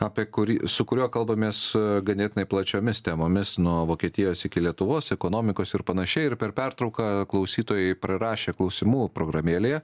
apie kurį su kuriuo kalbamės ganėtinai plačiomis temomis nuo vokietijos iki lietuvos ekonomikos ir panašiai ir per pertrauką klausytojai prirašė klausimų programėlėje